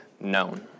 known